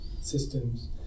systems